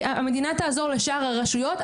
המדינה תעזור לשאר הרשויות,